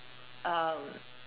um